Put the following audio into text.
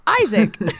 Isaac